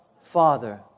Father